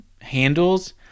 handles